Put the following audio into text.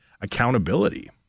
Accountability